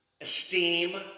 esteem